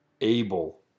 able